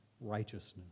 righteousness